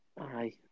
Aye